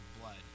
blood